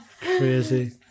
Crazy